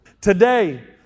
Today